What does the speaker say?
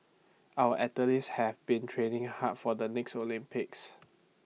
our athletes have been training hard for the next Olympics